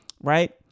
right